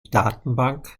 datenbank